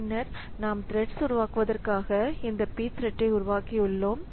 பின்னர் நாம் த்ரெட்ஸ் உருவாக்குவதற்காக இந்த pthread ஐ உருவாக்கியுள்ளோம்